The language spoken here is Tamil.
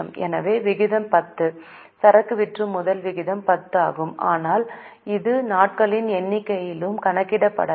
எனவே விகிதம் 10 சரக்கு விற்றுமுதல் விகிதம் 10 ஆகும் ஆனால் இது நாட்களின் எண்ணிக்கையிலும் கணக்கிடப்படலாம்